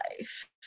life